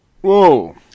Whoa